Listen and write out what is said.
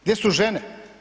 Gdje su žene?